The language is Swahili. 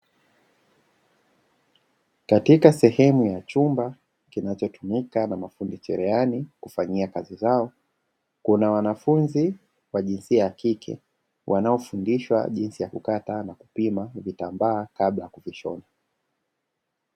Katika sehemu ya chumba kinachotumika na mafundi cherehani kufanya kazi zao, kuna wanafunzi wa jinsia ya kike wanaofundishwa jinsi ya kukata, kupima kitambaa kabla ya kukishona.